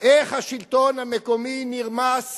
איך השלטון המקומי נרמס